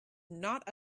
not